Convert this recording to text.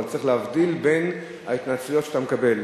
אבל צריך להבדיל בין ההתנצלויות שאתה מקבל.